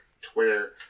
Twitter